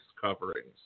coverings